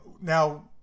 now